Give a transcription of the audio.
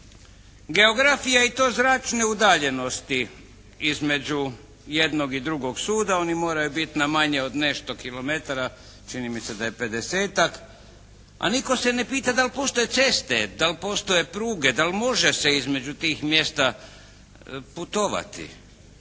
Geografija i to zračne udaljenosti između jednog i drugog suda, oni moraju biti na manje od nešto kilometara, čini mi se da je 50-tak, a nitko se ne pita da li postoje ceste, da li postoje pruge, da li može se između tih mjesta putovati.